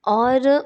और